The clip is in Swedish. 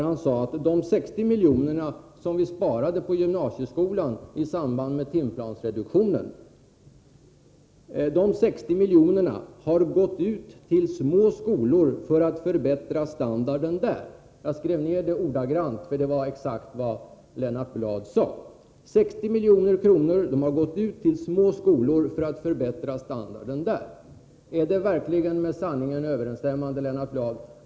Han sade att de 60 miljoner som vi sparade på gymnasieskolan i samband med timreduktionen har gått ut till små skolor för att förbättra standarden där — jag skrev ner det ordagrant, så det är exakt vad Lennart Bladh sade. 60 miljoner skulle alltså ha gått ut till små skolor för att förbättra standarden där. Är det verkligen med sanningen överensstämmande, Lennart Bladh?